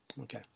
Okay